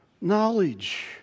knowledge